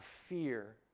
fear